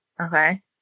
Okay